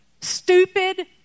stupid